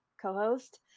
co-host